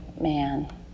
man